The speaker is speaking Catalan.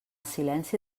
silenci